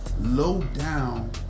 low-down